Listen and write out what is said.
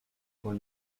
con